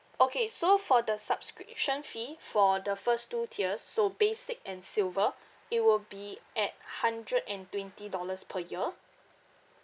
okay so for the subscription fee for the first two tiers so basic and silver it will be at hundred and twenty dollars per year